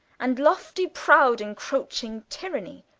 and lofty proud incroaching tyranny,